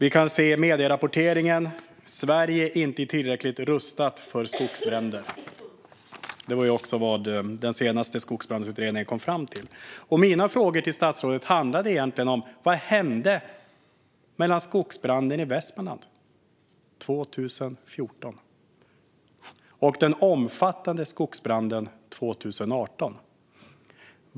I medierapporteringen kunde vi också se rubriken "Sverige inte tillräckligt rustat för skogsbränder". Det var också vad den senaste Skogsbrandsutredningen kom fram till. Mina frågor till statsrådet handlar egentligen om vad som hände mellan skogsbranden i Västmanland 2014 och den omfattande skogsbranden 2018.